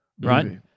Right